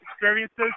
experiences